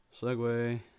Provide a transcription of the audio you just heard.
Segway